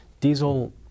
diesel